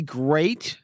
great